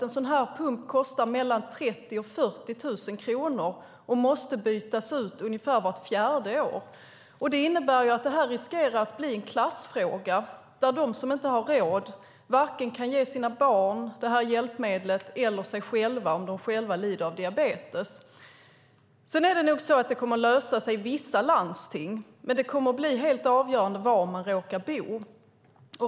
En sådan här pump kostar mellan 30 000 och 40 000 kronor, och den måste bytas ut ungefär vart fjärde år. Det innebär att detta riskerar att bli en klassfråga där de som inte har råd varken kan ge sina barn eller sig själva det här hjälpmedlet om de lider av diabetes. Det kommer nog att lösa sig i vissa landsting, men det kommer att bli helt avgörande var man råkar bo.